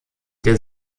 der